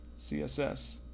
CSS